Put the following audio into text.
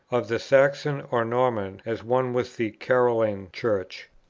of the saxon or norman as one with the caroline church.